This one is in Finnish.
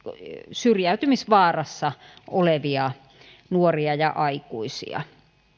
syrjäytymisvaarassa olevia nuoria ja aikuisia